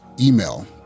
email